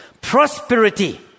Prosperity